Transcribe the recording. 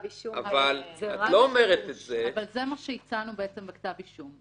אבל את לא אומרת את זה --- זה מה שהם הציעו בכתב אישום.